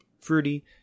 fruity